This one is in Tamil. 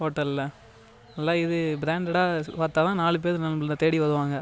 ஹோட்டலில் நல்லா இது ப்ராண்டடா பார்த்தா தான் நாலு பேரு நம்பளை தேடி வருவாங்கள்